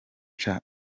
cha